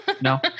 no